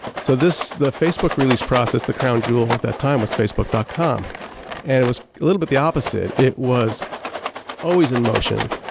so the facebook release process, the crown jewel of that time was facebook dot com and it was a little bit the opposite, it was always in motion,